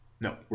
No